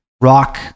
rock